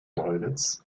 toilets